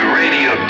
radio